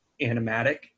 animatic